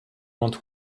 want